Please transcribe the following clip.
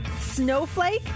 Snowflake